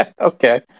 Okay